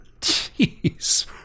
Jeez